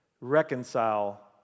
reconcile